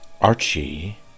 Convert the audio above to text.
Archie